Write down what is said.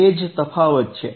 એ જ તફાવત છે